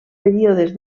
períodes